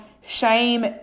shame